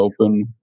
open